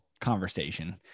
conversation